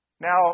Now